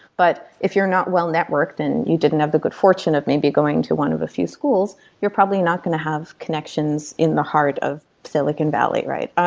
but if you're not well-networked, then and you didn't have the good fortune of maybe going to one of the few schools, you're probably not going to have connections in the heart of silicon valley, right?